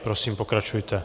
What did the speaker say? Prosím, pokračujte.